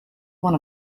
one